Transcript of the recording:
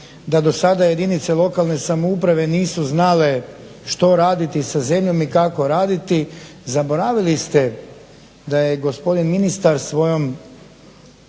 da dosada jedinice lokalne samouprave nisu znale što raditi sa zemljom i kako raditi. Zaboravili ste da je gospodin ministar sa svojom